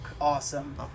awesome